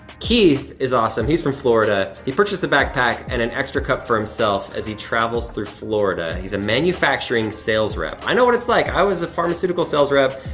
keith is awesome. he's from florida. he purchased the backpack and and extra cup for himself as he travels through florida. he's a manufacturing sales rep. i know what it's like. i was a pharmaceutical sales rep.